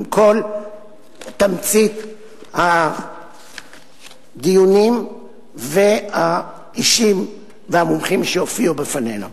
עם כל תמצית הדיונים והאישים והמומחים שהופיעו בפנינו.